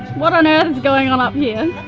what on earth is going on up here?